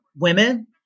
women